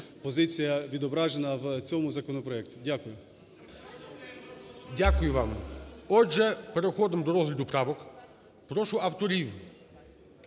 позиція відображена в цьому законопроекті. Дякую. ГОЛОВУЮЧИЙ. Дякую вам. Отже, переходимо до розгляду правок. Прошу авторів